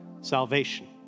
salvation